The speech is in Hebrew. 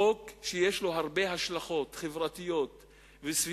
חוק שיש לו הרבה השלכות חברתיות וסביבתיות.